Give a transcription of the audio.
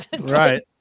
Right